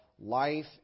life